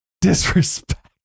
Disrespect